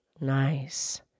Nice